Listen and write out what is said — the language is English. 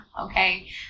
okay